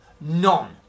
None